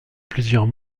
plusieurs